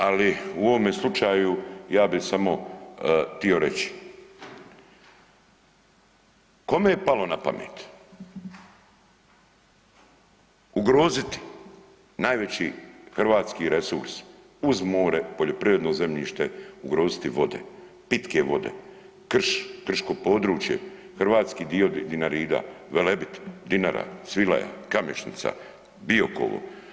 Ali u ovome slučaju ja bih samo htio reći kome je palo na pamet ugroziti najveći hrvatski resurs uz more, poljoprivredno zemljište ugroziti vode, pitke vode, krš, krško područje, hrvatski dio Dinarida, Velebit, Dinara, Svilaja, Kamešnica, Biokovo.